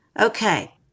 okay